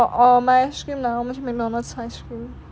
or or 买 ice cream lah 我们去 macdonald 吃 ice cream